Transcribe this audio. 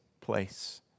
place